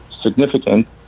significant